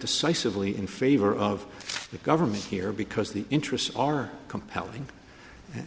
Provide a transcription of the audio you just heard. decisively in favor of the government here because the interests are compelling